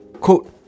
quote